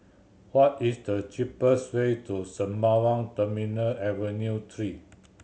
what is the cheapest way to Sembawang Terminal Avenue Three